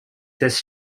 this